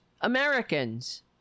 Americans